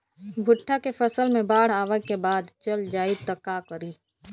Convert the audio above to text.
भुट्टा के फसल मे बाढ़ आवा के बाद चल जाई त का करी?